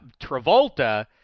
Travolta